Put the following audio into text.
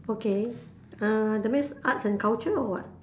okay ah that means arts and culture or what